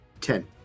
Ten